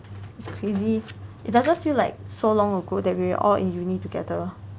it's crazy it doesn't feel like so long ago that we were all in uni together